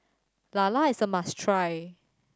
lala is a must try